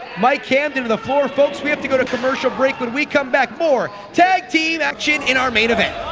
mike camden to the floor! folks we have to go to commercial break when we come back, more tag team action in our main event!